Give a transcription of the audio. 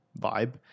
vibe